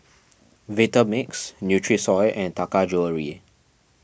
Vitamix Nutrisoy and Taka Jewelry